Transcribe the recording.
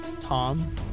Tom